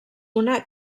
una